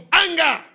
anger